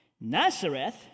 Nazareth